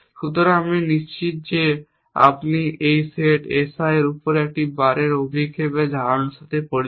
সুতরাং আমি নিশ্চিত যে আপনি এই সেট S i এর উপরে একটি বারের অভিক্ষেপের ধারণার সাথে পরিচিত